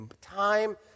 time